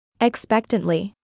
expectantly